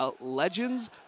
Legends